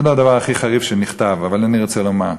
זה לא הדבר הכי חריף שנכתב, אבל אני רוצה לומר,